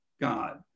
god